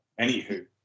Anywho